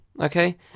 okay